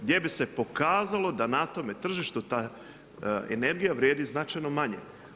Gdje bi se pokazalo, da na tom tržištu ta energija vrijedi značajno manje.